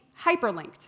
hyperlinked